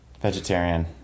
Vegetarian